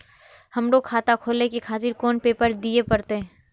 हमरो खाता खोले के खातिर कोन पेपर दीये परतें?